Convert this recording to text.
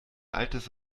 altes